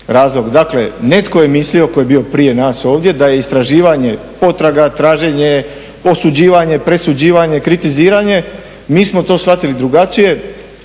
razlog. Dakle, netko je mislio tko je bio prije nas ovdje da je istraživanje, potraga, traženje, osuđivanje, presuđivanje, kritiziranje, mi smo to shvatili drugačije,